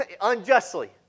unjustly